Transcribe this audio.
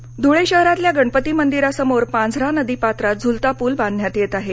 वाद धुळे शहरातल्या गणपती मंदिरासमोर पांझरा नदीपात्रात झुलता पूल बांधण्यात येत आहे